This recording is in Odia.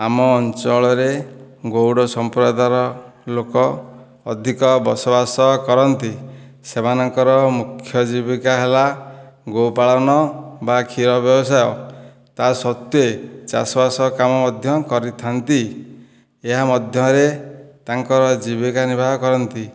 ଆମ ଅଞ୍ଚଳରେ ଗଉଡ଼ ସମ୍ପ୍ରଦାୟର ଲୋକ ଅଧିକ ବସବାସ କରନ୍ତି ସେମାନଙ୍କର ମୁଖ୍ୟ ଜୀବିକା ହେଲା ଗୋ ପାଳନ ବା କ୍ଷୀର ବ୍ୟବସାୟ ତା ସତ୍ତ୍ବେ ଚାଷବାସ କାମ ମଧ୍ୟ କରିଥାନ୍ତି ଏହା ମଧ୍ୟରେ ତାଙ୍କର ଜୀବିକା ନିର୍ବାହ କରନ୍ତି